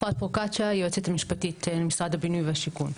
אפרת פרוקצ'יה היועצת המשפטית למשרד הבינוי והשיכון.